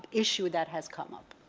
issue that has come up.